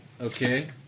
Okay